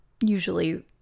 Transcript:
Usually